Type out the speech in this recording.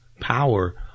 power